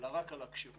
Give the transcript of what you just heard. אלא רק על הכשירות.